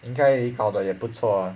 应该考得也不错 ah